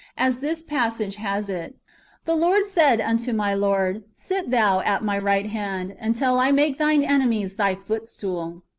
as this passage has it the lord said unto my lord, sit thou at my right hand, until i make thine enemies thy footstool.